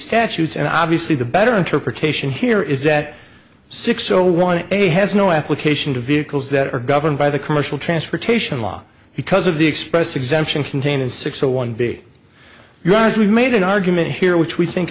statutes and obviously the better interpretation here is that six zero one a has no application to vehicles that are governed by the commercial transportation law because of the express exemption contained in six so one big yours we made an argument here which we think